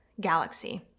galaxy